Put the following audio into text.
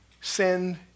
send